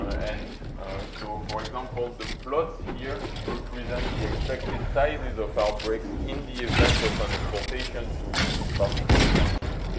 and so, for example, the plots here represent the expected sizes of outbreaks in the event of an exportation to to this particular countries.